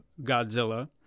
godzilla